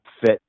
fit